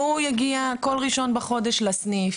והוא יגיע כל 1 בחודש לסניף,